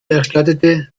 erstattete